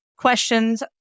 questions